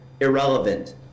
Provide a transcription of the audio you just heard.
irrelevant